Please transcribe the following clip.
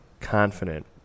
confident